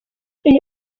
iyi